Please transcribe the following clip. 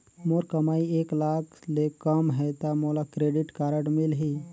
मोर कमाई एक लाख ले कम है ता मोला क्रेडिट कारड मिल ही?